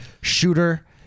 shooter